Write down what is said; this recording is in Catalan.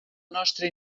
nostra